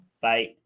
Bye